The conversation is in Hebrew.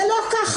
זה לא כך.